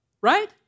right